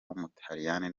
w’umutaliyani